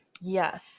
Yes